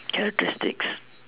characteristics